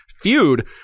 feud